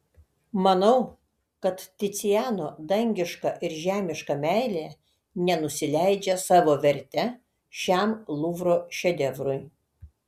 manau kad ticiano dangiška ir žemiška meilė nenusileidžia savo verte šiam luvro šedevrui